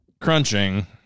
crunching